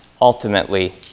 ultimately